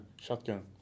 shotgun